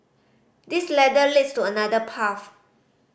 this ladder leads to another path